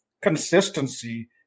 consistency